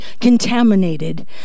contaminated